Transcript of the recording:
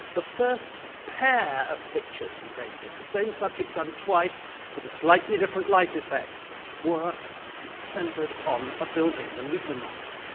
the first pair of pictures he painted, the same subject done twice with a slightly different light effect were centred on a building, the lieutenance.